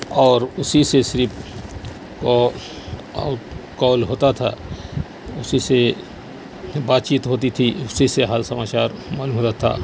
اور اسی سے صرف وہ آؤٹ کال ہوتا تھا اسی سے بات چیت ہوتی تھی اسی سے ہر سماچار معلوم ہوتا تھا